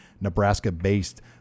Nebraska-based